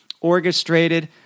orchestrated